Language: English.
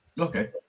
Okay